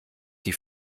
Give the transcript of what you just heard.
die